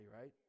right